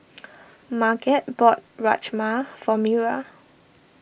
Marget bought Rajma for Mira